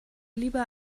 lieber